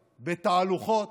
בתהלוכות,